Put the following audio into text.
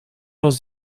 was